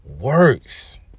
works